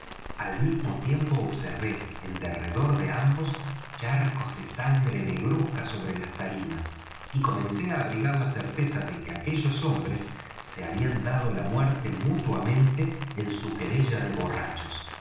al mismo tiempo observé en derredor de ambos charcos de sangre negruzca sobre las tarimas y comencé á abrigar la certeza de que aquellos hombres se habían dado la muerte mutuamente en su querella de borrachos